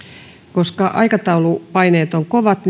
koska aikataulupaineet ovat kovat